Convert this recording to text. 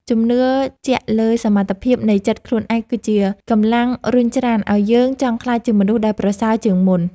ជំនឿជាក់លើសមត្ថភាពនៃចិត្តខ្លួនឯងគឺជាកម្លាំងរុញច្រានឱ្យយើងចង់ក្លាយជាមនុស្សដែលប្រសើរជាងមុន។